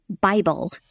Bible